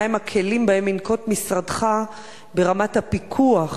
מהם הכלים שינקוט משרדך ברמת הפיקוח